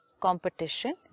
competition